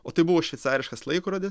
o tai buvo šveicariškas laikrodis